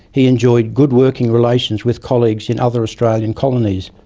he enjoyed good working relations with colleagues in other australian colonies,